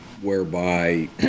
whereby